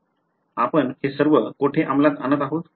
आपण हे सर्व कोठे अंमलात आणत आहोत